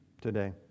today